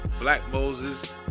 BlackMoses